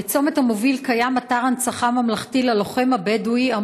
בצומת המוביל קיים אתר הנצחה ממלכתי ללוחם הבדואי,